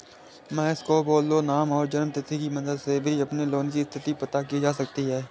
महेश को बोल दो नाम और जन्म तिथि की मदद से भी अपने लोन की स्थति पता की जा सकती है